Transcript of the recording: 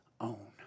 own